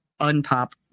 unpop